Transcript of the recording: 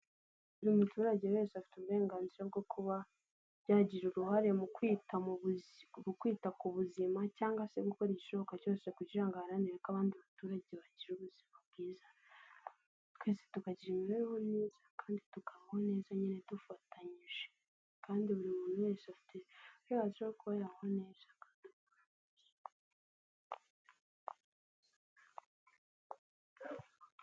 Buri muturage wese afite uburenganzira bwo kuba yagira uruhare mu kwita ku buzima, cyangwa se gukora igishoboka cyose kugira ngo aharanire ko abandi baturage bagira ubuzima bwiza, twese tukagira imibereho myiza, kandi tukabaho neza nyine dufatanyije, kandi buri muntu wese afite uburenganzira bwoa kuba yabaho neza.